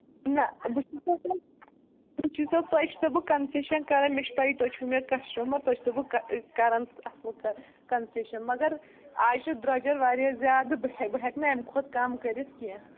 نہ بہٕ چھُس نا وُچھَو تۄہہِ چھَسو بہٕ کَنسیٖشن کران مےٚ چھُ پَیِی تُہۍ چھِو مےٚ کَسٹَمر تۄہہِ چھےٚ سَو بہٕ کران اَصٕل کَنسیشن مَگر اَز چھُ درٛۅجر واریاہ زیادٕ بہٕ ہیٚکہٕ نہٕ اَمہِ کھۄتہٕ کَم کٔرِتھ کیٚنہہ